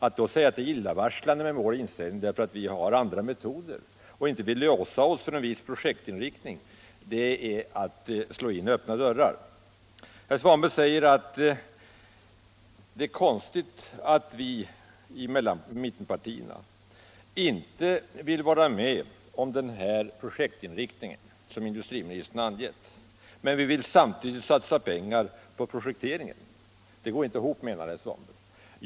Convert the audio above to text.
Att då säga att det är illavarslande med vår inställning därför att vi vill granska andra metoder och inte vill låsa oss vid en viss projektinriktning, det är att slå in öppna dörrar. Herr Svanberg säger att det är konstigt att vi i mittenpartierna inte vill vara med om den projektinriktning som industriministern har angett, men samtidigt vill vi satsa pengar på projekteringen. Det går inte ihop, menar herr Svanberg.